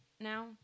now